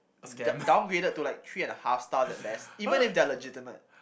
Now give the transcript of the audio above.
d~ downgraded to three and a half stars at best even if they are legitimate